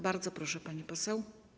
Bardzo proszę, pani poseł.